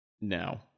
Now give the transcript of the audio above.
No